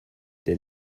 der